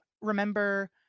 remember